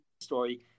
story